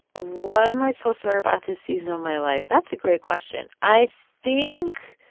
what am i supposed to learn about this season of my life? that's a great question. i think